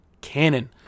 canon